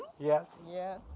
yes. yes.